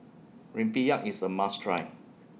Rempeyek IS A must Try